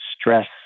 stress